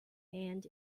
and